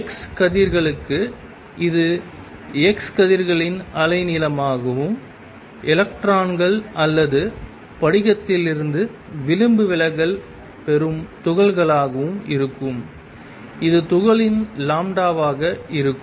X கதிர்களுக்கு இது X கதிர்களின் அலைநீளமாகவும் எலக்ட்ரான்கள் அல்லது படிகத்திலிருந்து விளிம்பு விலகல் பெரும் துகள்களுக்காகவும் இருக்கும் இது துகள்களின் லாம்ப்டாவாக இருக்கும்